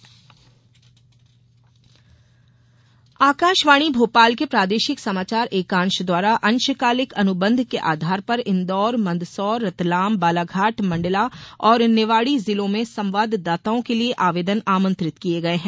अंशकालिक संवाददाता आकाशवाणी भोपाल के प्रादेशिक समाचार एकांश द्वारा अंशकालिक अनुबंध के आधार पर इन्दौर मंदसौर रतलाम बालाघाट मंडला और निवाड़ी जिलों में संवाददाताओं के लिये आवेदन आमंत्रित किये गये हैं